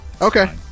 Okay